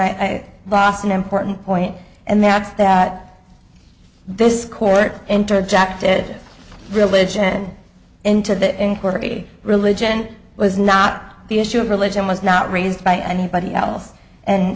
bought an important point and that's that this court interjected religion into the inquiry religion was not the issue of religion was not raised by anybody else and